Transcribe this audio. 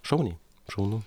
šauniai šaunu